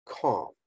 calm